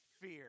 fear